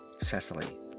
Cecily